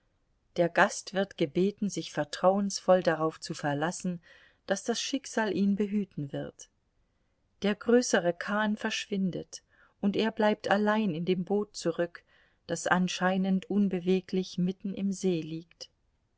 der gast wird gebeten sich vertrauensvoll darauf zu verlassen daß das schicksal ihn behüten wird der größere kahn verschwindet und er bleibt allein in dem boot zurück das anscheinend unbeweglich mitten im see liegt